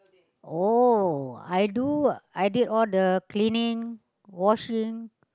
oh I do I did all the cleaning washing